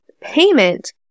payment